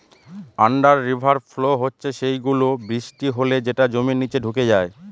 under river flow হচ্ছে সেই গুলো, বৃষ্টি হলে যেটা জমির নিচে ঢুকে যায়